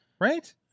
Right